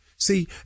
See